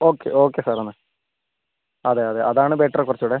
okay okay sir എന്നാൽ അതെ അതെ അതാണ് ബെറ്റർ കുറച്ച് കൂടെ